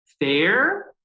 fair